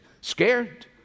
Scared